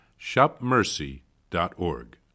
shopmercy.org